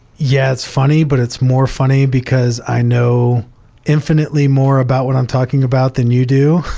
yeah, it's funny, but it's more funny because i know infinitely more about what i'm talking about the new do.